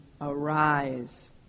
Arise